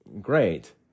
Great